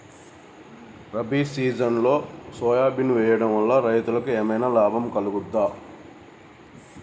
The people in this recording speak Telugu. రబీ సీజన్లో సోమేశ్వర్ వేయడం వల్ల రైతులకు ఏమైనా లాభం కలుగుద్ద?